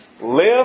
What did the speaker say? live